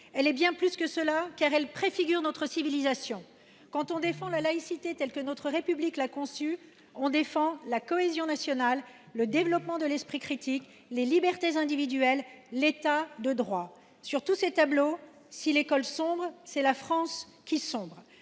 Elle est bien plus que cela, car elle préfigure notre civilisation. Quand on défend la laïcité telle que notre République l’a conçue, on défend la cohésion nationale, le développement de l’esprit critique, les libertés individuelles et l’État de droit. Sur tous ces tableaux, si l’école sombre, c’est la France qui sombre.